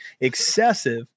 excessive